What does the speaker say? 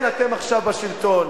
כן, אתם עכשיו בשלטון,